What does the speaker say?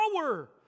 power